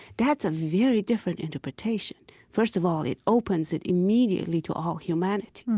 that's a very different interpretation. first of all, it opens it immediately to all humanity